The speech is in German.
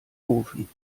ofen